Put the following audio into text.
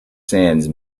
sands